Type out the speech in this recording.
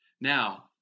Now